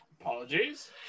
Apologies